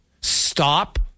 Stop